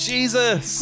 Jesus